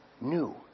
new